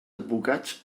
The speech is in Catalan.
advocats